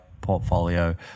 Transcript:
portfolio